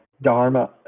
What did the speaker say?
dharma